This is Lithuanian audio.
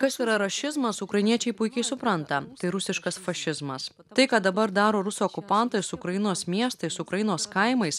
kas yra rašizmas ukrainiečiai puikiai supranta tai rusiškas fašizmas tai ką dabar daro rusų okupantai su ukrainos miestais su ukrainos kaimais